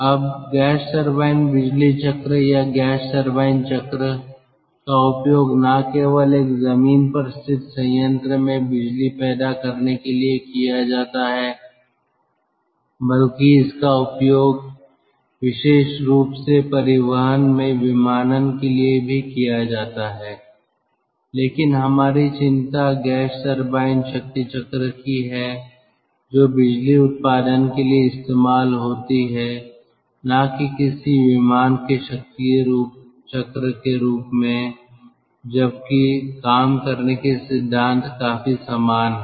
अब gas turbine बिजली चक्र या गैस टरबाइन चक्र का उपयोग न केवल एक जमीन पर स्थित संयंत्र में बिजली पैदा करने के लिए किया जाता है बल्कि इसका उपयोग विशेष रूप से परिवहन में विमानन के लिए भी किया जाता है लेकिन हमारी चिंता गैस टरबाइन शक्ति चक्र की है जो बिजली उत्पादन के लिए इस्तेमाल होती है न कि किसी विमान के शक्ति चक्र के रूप में जब की काम करने के सिद्धांत काफी समान हैं